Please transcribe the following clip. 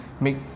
make